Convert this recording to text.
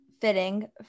fitting